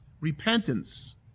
Repentance